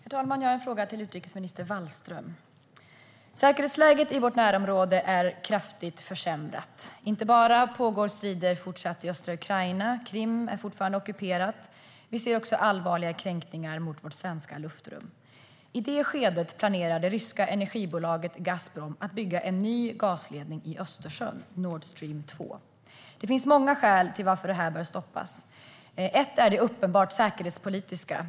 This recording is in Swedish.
Herr talman! Jag har en fråga till utrikesminister Wallström. Säkerhetsläget i vårt närområde är kraftigt försämrat. Det är inte bara så att det fortsatt pågår strider i östra Ukraina. Krim är fortfarande ockuperat. Vi ser också allvarliga kränkningar mot vårt svenska luftrum. I det skedet planerar det ryska energibolaget Gazprom att bygga en ny gasledning i Östersjön, Nordstream 2. Det finns många skäl till att det bör stoppas. Ett är det uppenbart säkerhetspolitiska.